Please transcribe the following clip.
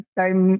time